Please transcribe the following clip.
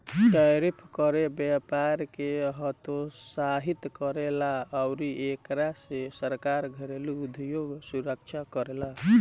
tariff कर व्यपार के हतोत्साहित करेला अउरी एकरा से सरकार घरेलु उधोग सुरक्षा करेला